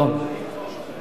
אופן